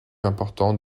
important